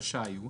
רשאי הוא,